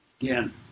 Again